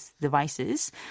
devices